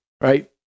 right